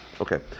Okay